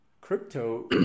crypto